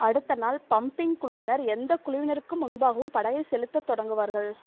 அடுத்த நாள் பம்ப்பிங் குழுவினர் எந்த குழுவினருக்கும் முன்பாகவும் படகை செலுத்தத் தொடங்குவார்கள்